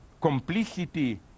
complicity